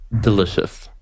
Delicious